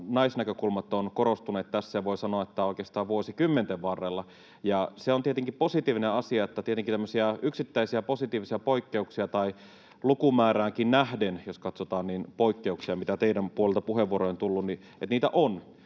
Naisnäkökulmat ovat korostuneet tässä, ja voi sanoa, että oikeastaan vuosikymmenten varrella. Se on tietenkin positiivinen asia. Tietenkin tämmöisiä yksittäisiä positiivisia poikkeuksia — lukumääräänkin nähden, jos katsotaan poikkeuksia, mitä teidän puoleltanne puheenvuoroja on tullut — on,